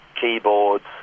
keyboards